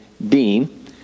Dean